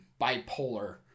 bipolar